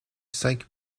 cinq